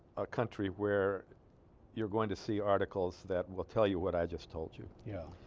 a country where you're going to see articles that will tell you what i just told you yeah